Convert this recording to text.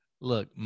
Look